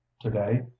today